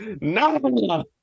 no